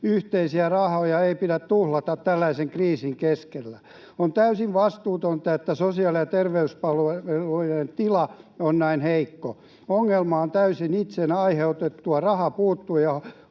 yhteisiä rahoja ei pidä tuhlata tällaisen kriisin keskellä. On täysin vastuutonta, että sosiaali- ja terveyspalvelujen tila on näin heikko. Ongelma on täysin itse aiheutettu, rahan puutteen